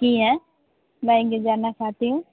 की हैं मैं ये जानना चहती हूँ